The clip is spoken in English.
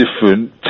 different